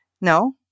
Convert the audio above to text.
No